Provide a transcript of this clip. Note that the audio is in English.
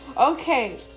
Okay